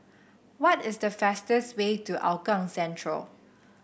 what is the fastest way to Hougang Central